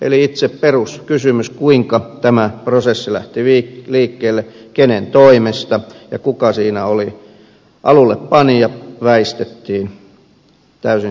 eli itse peruskysymys kuinka tämä prosessi lähti liikkeelle kenen toimesta ja kuka siinä oli alullepanija väistettiin täysin selkeästi